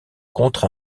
contre